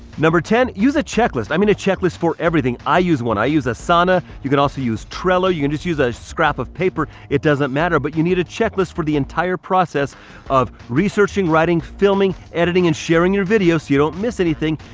number ten, use a checklist, i mean a checklist for everything. i use one, i use a sauna. you can also use trello, you can and just use a scrap of paper. it doesn't matter, but you need a checklist for the entire process of researching, writing, filming, editing, and sharing your video. so you don't miss anything.